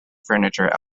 furniture